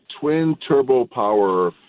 twin-turbo-power